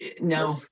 No